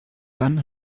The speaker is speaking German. wann